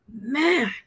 man